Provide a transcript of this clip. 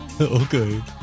Okay